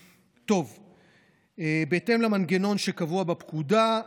בהתאם למנגנון שקבוע בפקודה,